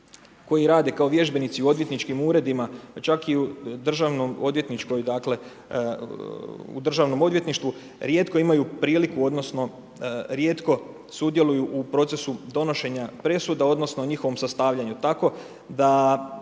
koji rade kao vježbenici, u odvjetničkim uredima, pa čak i u državnoj odvjetničkom, u državnom odvjetništvu, rijetko imaju priliku, odnosno, rijetko sudjeluju u procesu donošenju presuda, odnosno, njihovom sastavljanju.